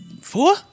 four